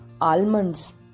almonds